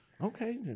Okay